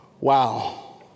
Wow